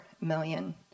million